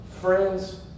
Friends